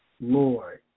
Lord